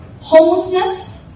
Homelessness